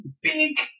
Big